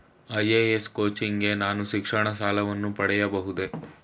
IAS coaching ಗೆ ನಾನು ಶಿಕ್ಷಣ ಸಾಲವನ್ನು ಪಡೆಯಬಹುದೇ?